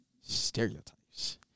stereotypes